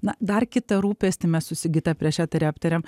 na dar kitą rūpestį mes su sigita prieš eterį aptarėm